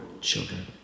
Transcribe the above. children